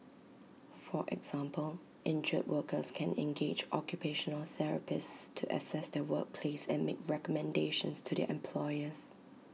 for example injured workers can engage occupational therapists to assess their workplace and make recommendations to their employers